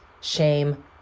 shame